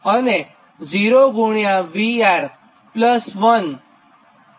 અને 0 VR 1 IR છે